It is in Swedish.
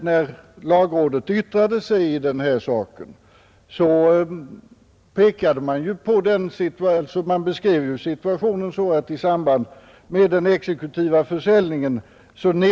När lagrådet yttrade sig i denna sak beskrev man situationen så att medel motsvarande pantbrevets belopp nedsättes i samband med den exekutiva försäljningen.